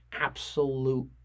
absolute